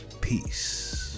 Peace